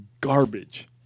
garbage